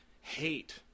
hate